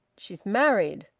she's married.